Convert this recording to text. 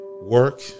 work